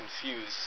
confused